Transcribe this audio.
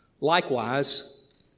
Likewise